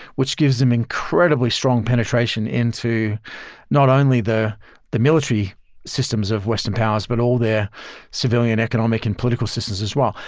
which gives them incredibly strong penetration into not only the the military systems of western powers, but all their civilian economic and political systems as well.